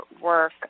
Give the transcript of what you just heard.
work